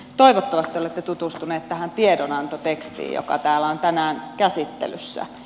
toivottavasti olette tutustuneet tähän tiedonantotekstiin joka täällä on tänään käsittelyssä